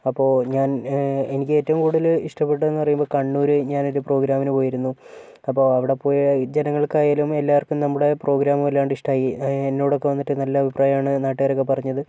അപ്പോൾ ഞാൻ എനിക്കേറ്റവും കൂടുതൽ ഇഷ്ടപ്പെട്ടതെന്നു പറയുമ്പോൾ കണ്ണൂര് ഞാനൊരു പ്രോഗ്രാമിന് പോയിരുന്നു അപ്പോൾ അവിടെ പോയ ജനങ്ങൾക്കായാലും എല്ലാവർക്കും നമ്മുടെ പ്രോഗ്രാമ് വല്ലാണ്ട് ഇഷ്ടമായി എന്നോടൊക്കെ വന്നിട്ട് നല്ല അഭിപ്രായമാണ് നാട്ടുകാരൊക്കെ പറഞ്ഞത്